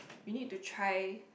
you need to try